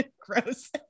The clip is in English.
gross